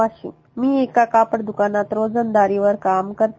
वाशिम मी एका कापड दुकानात रोजंदारीवर काम करते